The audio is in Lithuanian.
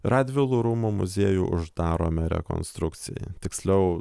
radvilų rūmų muziejų uždarome rekonstrukcijai tiksliau